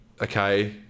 okay